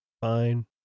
Fine